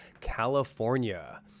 California